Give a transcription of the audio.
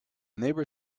neighbour